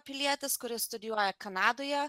pilietis kuris studijuoja kanadoje